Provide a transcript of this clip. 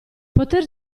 poter